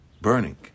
burning